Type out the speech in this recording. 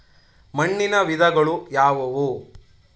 ಮಣ್ಣಿನ ವಿಧಗಳು ಯಾವುವು?